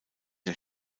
der